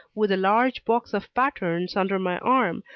with a large box of patterns under my arm,